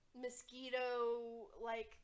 mosquito-like